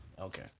Okay